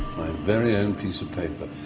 very own piece of paper.